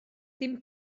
dim